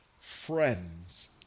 friends